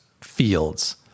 fields